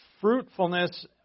fruitfulness